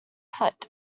foot